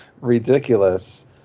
ridiculous